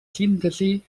síntesi